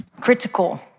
critical